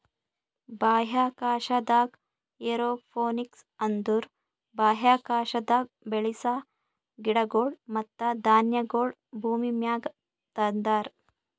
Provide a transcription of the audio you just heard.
ಬಾಹ್ಯಾಕಾಶದಾಗ್ ಏರೋಪೋನಿಕ್ಸ್ ಅಂದುರ್ ಬಾಹ್ಯಾಕಾಶದಾಗ್ ಬೆಳಸ ಗಿಡಗೊಳ್ ಮತ್ತ ಧಾನ್ಯಗೊಳ್ ಭೂಮಿಮ್ಯಾಗ ತಂದಾರ್